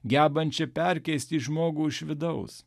gebančia perkeisti žmogų iš vidaus